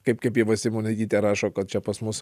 kaip kaip ieva simonaitytė rašo kad čia pas mus